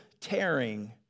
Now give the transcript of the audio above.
tearing